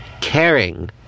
Caring